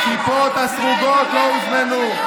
הכיפות הסרוגות לא הוזמנו.